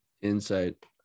insight